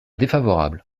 défavorable